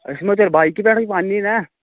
أسۍ یِمو تیٚلہِ بایکہِ پٮ۪ٹھٕے پنٛنی نہ